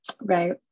right